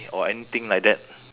or anything like that